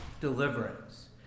deliverance